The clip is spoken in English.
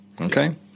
Okay